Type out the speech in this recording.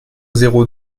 zéro